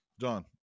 John